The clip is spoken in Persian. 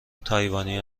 تایوانی